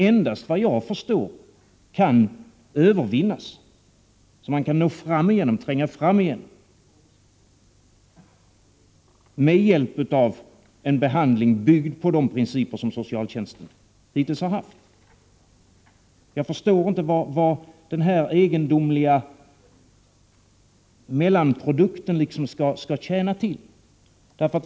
Enligt vad jag förstår kan den övervinnas endast med hjälp av en behandling byggd på de principer som socialtjänsten hittills har arbetat efter. Jag begriper inte vad den egendomliga mellanformen skall tjäna till.